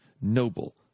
noble